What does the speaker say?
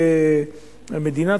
המדינה,